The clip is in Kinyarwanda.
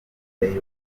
giteye